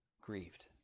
grieved